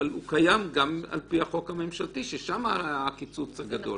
אבל הוא קיים גם על-פי החוק הממשלתי ששם הקיצוץ הגדול.